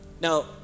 Now